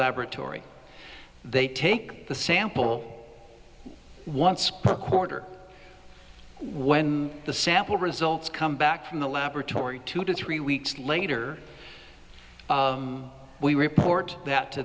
laboratory they take the sample once per quarter when the sample results come back from the laboratory two to three weeks later we report that to